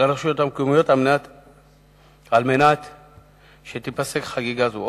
לרשויות המקומיות, כדי שתיפסק חגיגה זו.